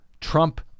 Trump